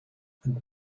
and